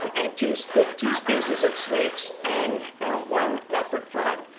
um and two species two species of snakes, and one leopard frog.